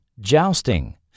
jousting